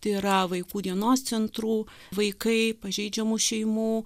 tai yra vaikų dienos centrų vaikai pažeidžiamų šeimų